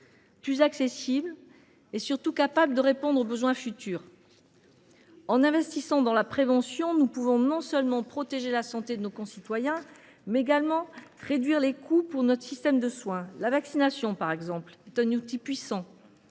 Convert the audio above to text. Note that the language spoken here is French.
plus accessible et surtout capable de répondre aux besoins futurs. En investissant dans la prévention, nous pouvons non seulement protéger la santé de nos concitoyens, mais également réduire les coûts pour notre système de soins. La vaccination, par exemple, est un outil puissant